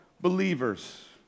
believers